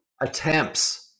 attempts